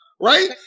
right